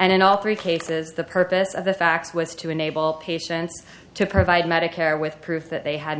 and in all three cases the purpose of the fax was to enable patients to provide medicare with proof that they had